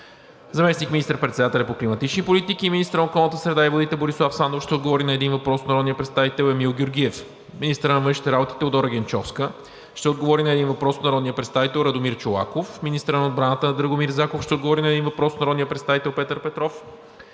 Заместник министър-председателят по климатични политики и министър на околната среда и водите Борислав Сандов ще отговори на един въпрос от народния представител Емил Георгиев. 5. Министърът на външните работи Теодора Генчовска ще отговори на един въпрос от народния представител Радомир Чолаков. 6. Министърът на отбраната Драгомир Заков ще отговори на един въпрос от народния представител Петър Петров.